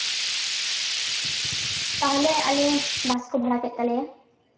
ᱛᱟᱦᱚᱞᱮ ᱟᱞᱮ ᱵᱟᱥ ᱠᱚ ᱵᱷᱟᱲᱟ ᱠᱮᱫ ᱛᱟᱞᱮᱭᱟ